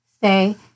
Say